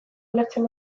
ulertzen